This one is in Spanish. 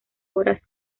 horas